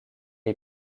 est